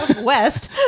West